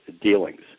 dealings